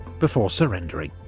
before surrendering.